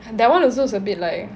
that one also is a bit like